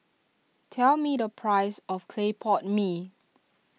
tell me the price of Clay Pot Mee